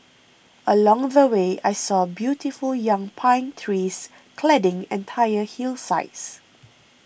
along the way I saw beautiful young pine trees cladding entire hillsides